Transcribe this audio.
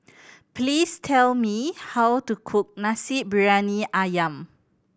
please tell me how to cook Nasi Briyani Ayam